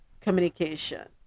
communication